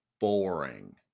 boring